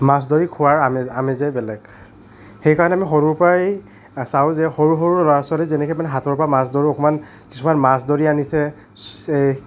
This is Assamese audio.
মাছ ধৰি খোৱাৰ আমেজ আমেজেই বেলেগ সেইকাৰণে আমি সৰুৰ পাই চাওঁ যে সৰু সৰু ল'ৰা ছোৱালী যেনেকৈ মানে হাতৰ পৰা মাছ ধৰোঁ অকণমান কিছুমান মাছ ধৰি আনিছে